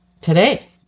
today